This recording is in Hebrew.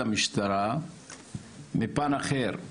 תודה רבה.